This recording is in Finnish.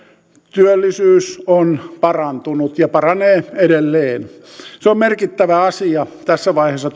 työllisyys on parantunut ja paranee edelleen on merkittävä asia tässä vaiheessa